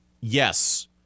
Yes